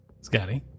Scotty